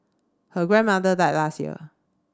her grandmother died last year